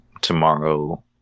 tomorrow